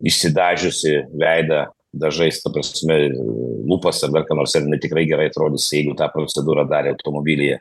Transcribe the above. išsidažiusi veidą dažais tą prasme lūpas ir dar ką nors ar jinai tikrai gerai atrodys jeigu tą procedrūrą darė automobilyje